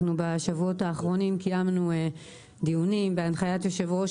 בשבועות האחרונים קיימנו דיונים בהנחיית יושב-ראש